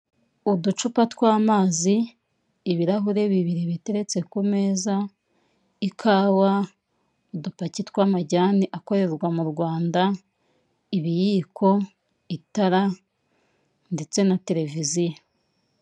Uducupa tw'amazi, ibirahure bibiri biteretse ku meza, ikawa udupaki tw'amajyane akorerwa mu Rwanda, ibiyiko itara ndetse na televiziyo.